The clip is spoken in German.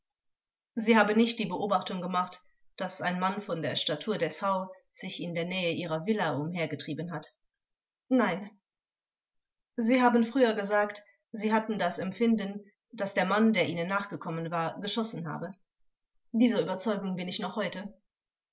sie haben nicht die beobachtung gemacht daß ein mann von der statur des hau sich in der nähe ihrer villa umhergetrieben hat zeugin nein vert sie haben früher gesagt sie hatten das empfinden daß der mann der ihnen nachgekommen war geschossen habe zeugin dieser überzeugung bin ich noch heute